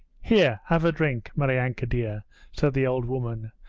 here, have a drink, maryanka dear said the old woman,